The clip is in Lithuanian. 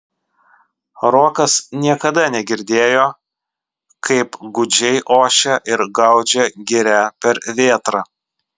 rokas niekada negirdėjo kaip gūdžiai ošia ir gaudžia giria per vėtrą